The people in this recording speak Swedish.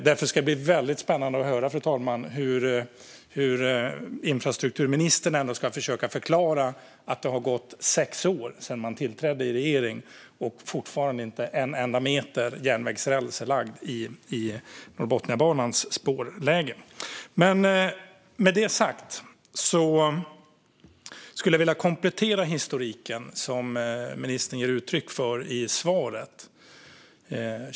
Därför ska det bli väldigt spännande att höra, fru talman, hur infrastrukturministern ska försöka förklara att det har gått sex år sedan regeringen tillträdde och fortfarande inte en enda meter järnvägsräls är lagd i Norrbotniabanans spårläge. Med det sagt skulle jag vilja komplettera historiken som ministern ger uttryck för i svaret.